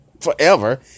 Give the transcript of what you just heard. forever